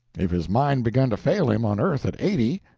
if his mind begun to fail him on earth at eighty,